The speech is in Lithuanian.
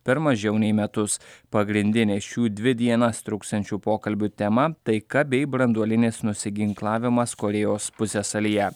per mažiau nei metus pagrindine šių dvi dienas truksiančių pokalbių tema taika bei branduolinis nusiginklavimas korėjos pusiasalyje